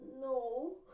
No